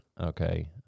okay